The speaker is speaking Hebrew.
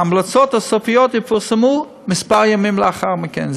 ההמלצות הסופיות יפורסמו כמה ימים לאחר מכן.